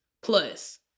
plus